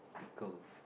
pick off